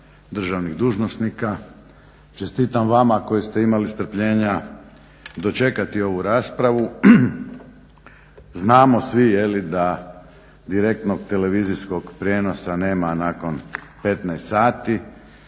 državnih dužnosnika, čestitam vama koji ste imali strpljenja dočekati ovu raspravu. Znamo svi da direktnog televizijskog prijenosa nema nakon 15 sati.